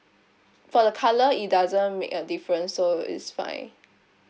for the colour it doesn't make a difference so it's fine